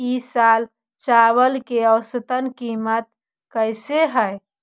ई साल चावल के औसतन कीमत कैसे हई?